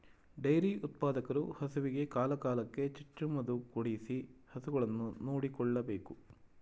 dairy ಉತ್ಪಾದಕರು ಹಸುವಿಗೆ ಕಾಲ ಕಾಲಕ್ಕೆ ಚುಚ್ಚು ಮದುಕೊಡಿಸಿ ಹಸುಗಳನ್ನು ನೋಡಿಕೊಳ್ಳಬೇಕು